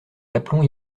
l’aplomb